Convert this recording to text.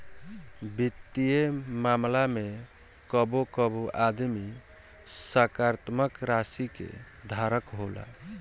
वित्तीय मामला में कबो कबो आदमी सकारात्मक राशि के धारक होला